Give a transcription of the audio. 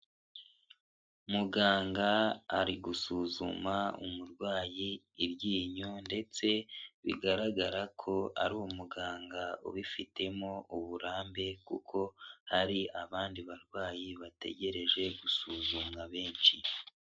Muganga ari gusuzuma umurwayi iryinyo ndetse bigaragara ko ari umuganga ubifitemo uburambe, kuko hari abandi barwayi bategereje gusuzumwa benshi.